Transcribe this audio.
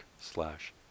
slash